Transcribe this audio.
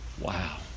Wow